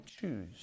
choose